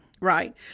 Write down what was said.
Right